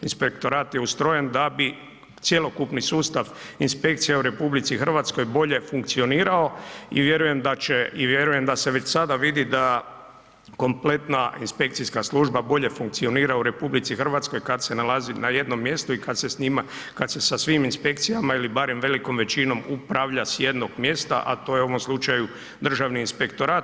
Inspektorat je ustrojen da bi cjelokupni sustav inspekcija u RH bolje funkcionirao i vjerujem da će, i vjerujem da se već sada vidi da kompletna inspekcijska služba bolje funkcionira u RH kad se nalazi na jednom mjestu i kad se s njima, kad se sa svim inspekcijama ili barem velikom većinom upravlja s jednog mjesta, a to je u ovom slučaju Državni inspektorat.